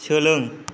सोलों